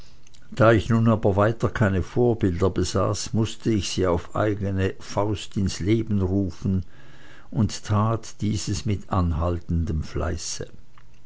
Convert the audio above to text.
da ich nun aber weiter keine vorbilder besaß mußte ich sie auf eigene faust ins leben rufen und tat dieses mit anhaltendem fleiße